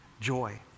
Joy